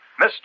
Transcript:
Mr